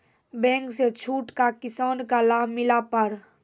Bank से छूट का किसान का लाभ मिला पर?